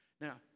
Now